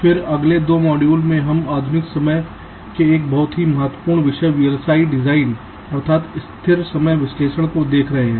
फिर अगले दो मॉड्यूल में हम आधुनिक समय के एक बहुत ही महत्वपूर्ण विषय VLSI डिजाइन अर्थात् स्थिर समय विश्लेषण को देख रहे हैं